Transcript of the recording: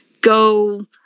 go